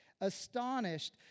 astonished